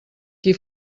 qui